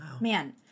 Man